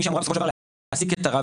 מי שאמורה בסופו של דבר להעסיק את הרב.